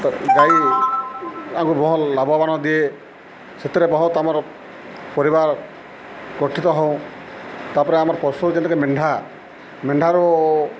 ଗାଈ ଆଙ୍କୁ ଭଲ୍ ଲାଭବାନ ଦିଏ ସେଥିରେ ବହୁତ ଆମର ପରିବାର ଗଠିତ ହଉଁ ତାପରେ ଆମର ପଶୁ ଯେନ୍ଟାକି ମେଣ୍ଢା ମେଣ୍ଢାରୁ